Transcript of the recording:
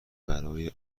برای